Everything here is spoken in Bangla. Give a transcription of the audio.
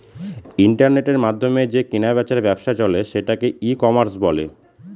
ইন্টারনেটের মাধ্যমে যে কেনা বেচার ব্যবসা চলে সেটাকে ই কমার্স বলে